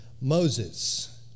Moses